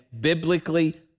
biblically